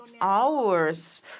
hours